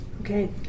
Okay